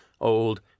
old